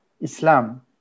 Islam